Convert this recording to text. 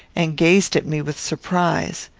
and gazed at me with surprise.